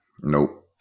Nope